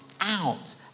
out